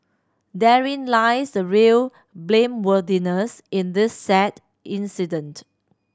therein lies the real blameworthiness in this sad incident